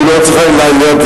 הוא לא צריך להיות לידי.